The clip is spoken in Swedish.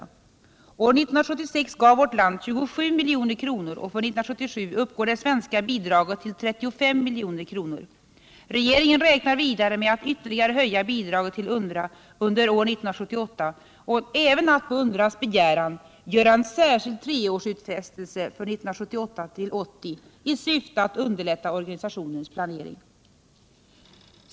År 1976 gav vårt land 27 milj.kr. och för 1977 uppgår det svenska bidraget till 35 milj.kr. Regeringen räknar vidare med att ytterligare höja bidraget till UNRWA under år 1978 och även att på UNRWA:s begäran göra en särskild treårsutfästelse för 1978-1980 i syfte att underlätta organisationens planering.